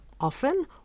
often